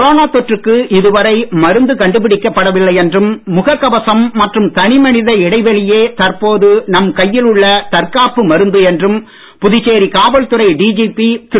corona தொற்றுக்கு இதுவரை மருந்து கண்டுபிடிக்கப் படவில்லை என்றும் முகக் கவசம் மற்றும் தனி மனித இடைவெளியே தற்போது நம் கையில் உள்ள தற்காப்பு மருந்து என்றும் புதுச்சேரி காவல்துறை டிஜிபி திரு